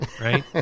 right